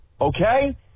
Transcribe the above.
Okay